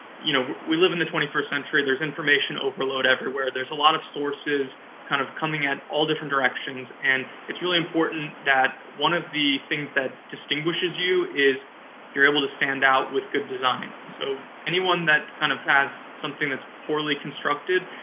you know we live in the twenty first century. there's information overload everywhere. there's a lot of sources kind of coming at all different directions, and it's really important that one of the things that distinguishes you is you're able to stand out with good design. so, anyone that kind of has something that's poorly constructed,